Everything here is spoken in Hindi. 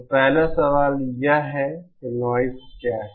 तो पहला सवाल यह है कि नॉइज़ क्या है